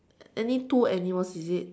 any two animals is it